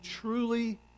truly